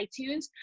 iTunes